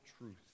truth